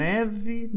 Neve